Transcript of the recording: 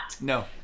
No